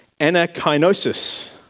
anachinosis